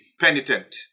penitent